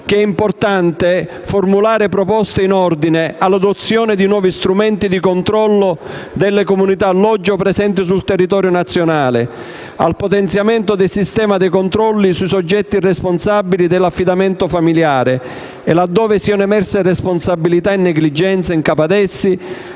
il compito di formulare proposte in ordine: *a)* all'adozione di nuovi strumenti di controllo delle comunità alloggio presenti sul territorio nazionale; *b)* al potenziamento del sistema dei controlli sui soggetti responsabili dell'affidamento familiare e, laddove siano emerse responsabilità e negligenze in capo ad essi,